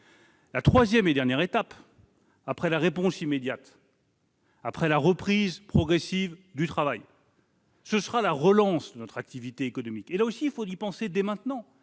La troisième et dernière étape, après la réponse immédiate et la reprise progressive du travail, sera la relance de notre activité économique. Il faut y penser dès maintenant